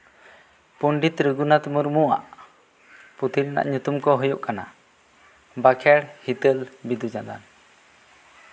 ᱯᱚᱱᱰᱤᱛ ᱨᱚᱜᱷᱩᱱᱟᱛᱷ ᱢᱩᱨᱢᱩᱣᱟᱜ ᱯᱩᱛᱷᱤ ᱨᱮᱱᱟᱜ ᱧᱩᱛᱩᱢ ᱠᱚ ᱦᱩᱭᱩᱜ ᱠᱟᱱᱟᱼ ᱵᱟᱸᱠᱷᱮᱬ ᱦᱤᱛᱟᱹᱞ ᱵᱤᱫᱩᱼᱪᱟᱸᱫᱟᱱ